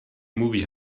movie